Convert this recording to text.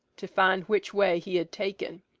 to find which way he had taken.